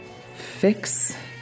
fix